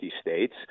states